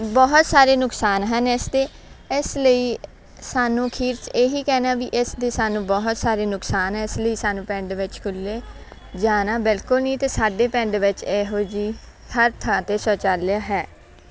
ਬਹੁਤ ਸਾਰੇ ਨੁਕਸਾਨ ਹਨ ਇਸ ਦੇ ਇਸ ਲਈ ਸਾਨੂੰ ਅਖੀਰ 'ਚ ਇਹੀ ਕਹਿਣਾ ਵੀ ਇਸ ਦੇ ਸਾਨੂੰ ਬਹੁਤ ਸਾਰੇ ਨੁਕਸਾਨ ਹੈ ਇਸ ਲਈ ਸਾਨੂੰ ਪਿੰਡ ਵਿੱਚ ਖੁੱਲੇ ਜਾਣਾ ਬਿਲਕੁਲ ਨਹੀਂ ਅਤੇ ਸਾਡੇ ਪਿੰਡ ਵਿੱਚ ਇਹੋ ਜਿਹੀ ਹਰ ਥਾਂ 'ਤੇ ਸ਼ੌਚਾਲਿਆ ਹੈ